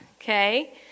okay